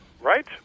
Right